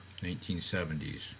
1970s